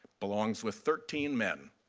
belongs with thirteen men.